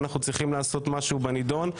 אנחנו צריכים לעשות משהו בנידון.